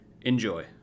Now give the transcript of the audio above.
Enjoy